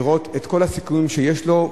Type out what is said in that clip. לראות את כל הסיכומים שיש לו,